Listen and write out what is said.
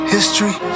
History